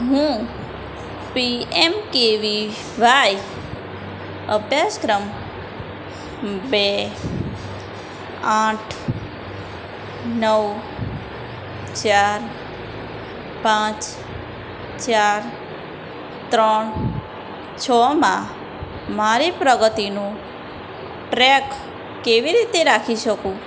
હું પીએમકેવીવાય અભ્યાસક્રમ બે આઠ નવ ચાર પાંચ ચાર ત્રણ છમાં મારી પ્રગતિનું ટ્રેક કેવી રીતે રાખી શકું